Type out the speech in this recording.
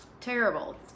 terrible